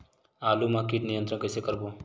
आलू मा कीट नियंत्रण कइसे करबो?